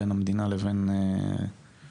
בין המדינה לבין הסוכנות.